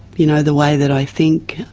you know the way that i think,